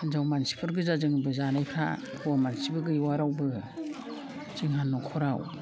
हिनजाव मानसिफोर गोजा जोंबो जानायफ्रा हौवा मानसिबो गैबावा रावबो जोंहा न'खराव